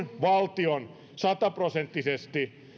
valtion sataprosenttisesti